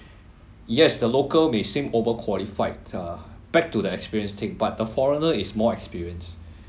yes the local may seem overqualified uh back to the experience take but the foreigner is more experienced